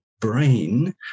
brain